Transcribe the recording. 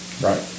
Right